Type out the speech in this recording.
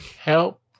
Help